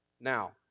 Now